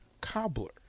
cobbler